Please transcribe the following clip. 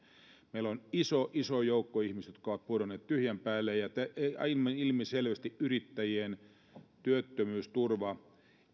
meillä on iso iso joukko ihmisiä jotka ovat pudonneet tyhjän päälle ja aivan ilmiselvästi yrittäjien normaaliolojen työttömyysturva